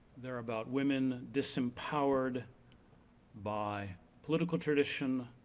they're about women disempowered by political tradition,